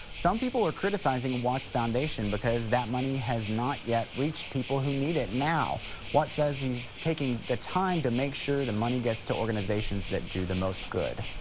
some people are criticizing watt's foundation because that money has not yet reached people who need it now watt says he's taking the time to make sure the money gets to organizations that do the most good